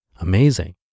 Amazing